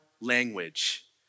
language